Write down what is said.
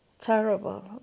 terrible